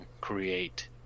create